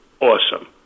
awesome